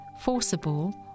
forcible